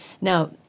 Now